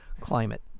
climate